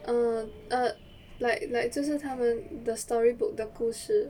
err err like like 就是他们的 storybook 的故事